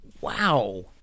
wow